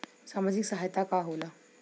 सामाजिक सहायता का होला?